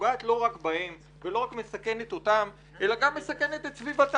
פוגע לא רק בהם ולא רק מסכנת אותם אלא גם סכנת את סביבתם,